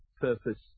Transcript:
purpose